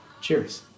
cheers